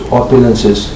opulences